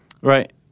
Right